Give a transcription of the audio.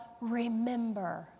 remember